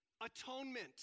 atonement